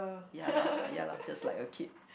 ya lah ya lah just like a kid